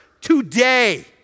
today